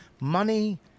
money